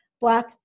black